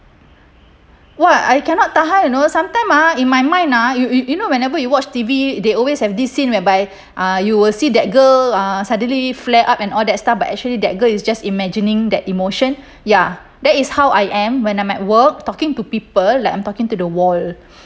!wah! I cannot tahan you know sometime ah in my mind you you know whenever you watch T_V they always have this scene whereby uh you will see that girl uh suddenly flare up and all that stuff but actually that girl is just imagining that emotion ya that is how I am when I'm at work talking to people like I'm talking to the wall